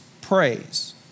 praise